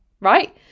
right